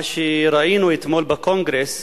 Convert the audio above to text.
מה שראינו אתמול בקונגרס,